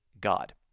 God